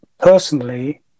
Personally